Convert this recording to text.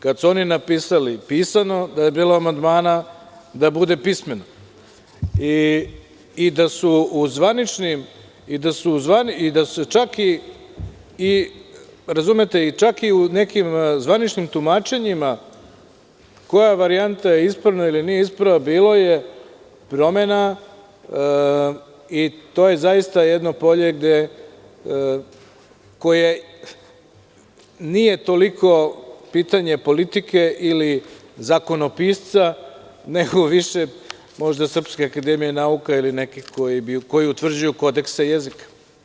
Kad su oni napisali „pisano“, da je bilo amandmana da bude „pismeno“, i da je čak i u nekim zvaničnim tumačenjima - koja varijanta je ispravna ili nije ispravna, bilo je promena i to je zaista jedno polje koje nije toliko pitanje politike ili zakonopisca, nego više možda Srpske akademije nauka, ili nekih koji utvrđuju kodekse jezika.